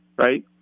right